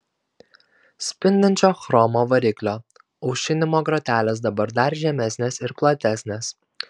spindinčio chromo variklio aušinimo grotelės dabar dar žemesnės ir platesnės